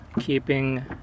keeping